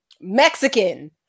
mexican